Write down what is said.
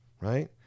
right